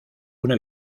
una